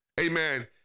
amen